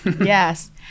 Yes